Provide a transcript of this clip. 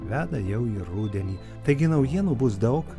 veda jau į rudenį taigi naujienų bus daug